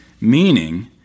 Meaning